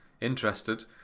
interested